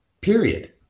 period